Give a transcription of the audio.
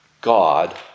God